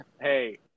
hey